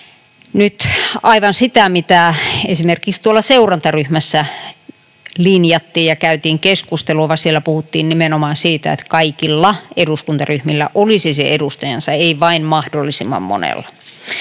nyt aivan sitä, mitä esimerkiksi tuolla seurantaryhmässä linjattiin ja mistä käytiin keskustelua, vaan siellä puhuttiin nimenomaan siitä, että kaikilla eduskuntaryhmillä olisi se edustajansa, ei vain mahdollisimman monella.